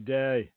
day